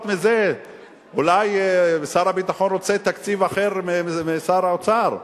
אולי שר הביטחון רוצה תקציב אחר משר האוצר,